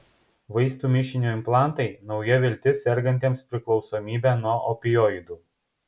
vaistų mišinio implantai nauja viltis sergantiems priklausomybe nuo opioidų